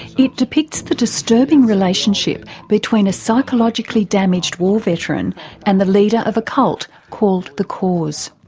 it depicts the disturbing relationship between a psychologically damaged war veteran and the leader of a cult called the cause.